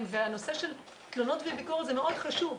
והנושא של תלונות וביקורת זה מאוד חשוב,